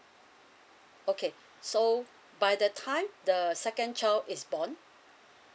okay so by the time the second child is born